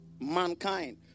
mankind